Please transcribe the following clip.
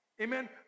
Amen